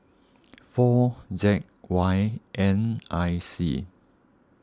four Z Y N I C